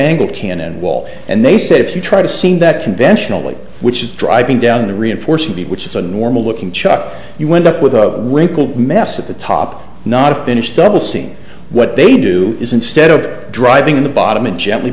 angle can and will and they said if you try to seem that conventionally which is driving down the reinforcing the which is a normal looking chuck you wind up with a wrinkle mess at the top not a finished double seen what they do is instead of driving in the bottom and gen